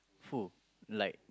who like